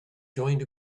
joined